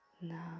now